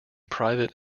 private